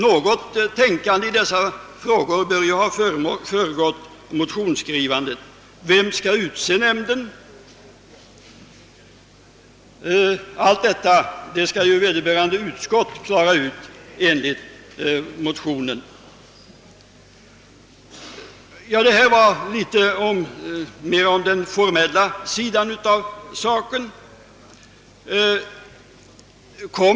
Något tänkande i dessa frågor bör ha föregått motionsskrivandet, men : motionärerna överlämnar dock åt utskottet att klara ut problemen. Det jag nu sagt rör den formella sidan av saken.